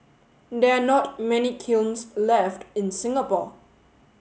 there are not many kilns left in Singapore